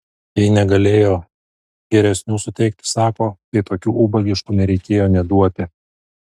jei negalėjo geresnių suteikti sako tai tokių ubagiškų nereikėjo nė duoti